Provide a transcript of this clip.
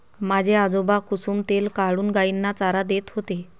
माझे आजोबा कुसुम तेल काढून गायींना चारा देत होते